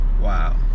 wow